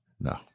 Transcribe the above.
no